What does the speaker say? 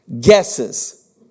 guesses